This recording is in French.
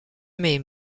mai